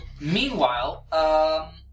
Meanwhile